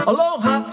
Aloha